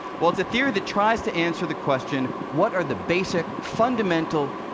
well, it's a theory that tries to answer the question what are the basic, fundamental,